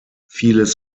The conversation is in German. vieles